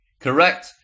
Correct